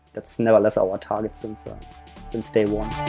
that's now less our target since um since day one.